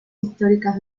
históricas